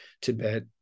Tibet